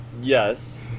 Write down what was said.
Yes